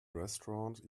restaurant